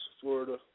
Florida